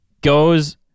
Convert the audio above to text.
goes